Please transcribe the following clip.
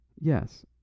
Yes